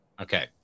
Okay